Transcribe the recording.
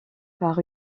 par